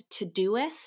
Todoist